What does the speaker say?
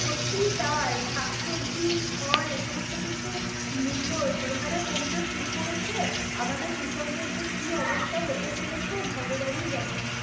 সত্যিই তাই শাকসবজি ফল এ সমস্ত কিছুর মূল্য যে হারে কমতে শুরু করেছে আমাদের কৃষকদের যে কি অবস্থা হতে চলেছে ভগবানই জানে